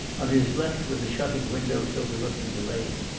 on his left were the shuttered windows overlooking the lake.